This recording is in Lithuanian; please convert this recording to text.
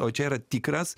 o čia yra tikras